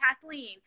Kathleen